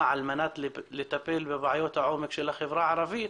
על מנת לטפל בבעיות העומק של החברה הערבית